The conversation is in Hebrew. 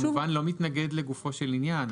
אני אגב כמובן לא מתנגד לגופו של עניין,